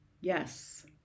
Yes